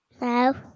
No